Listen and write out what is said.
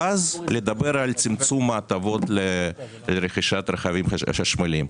ואז לדבר על צמצום ההטבות לרכישת רכבים חשמליים.